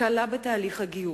הקלה בתהליך הגיור,